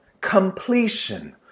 completion